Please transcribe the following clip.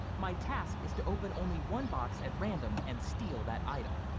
my task is to open only one box at random and steal that item.